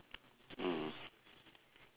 mm